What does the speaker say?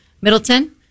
Middleton